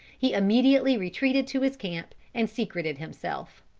he immediately retreated to his camp and secreted himself.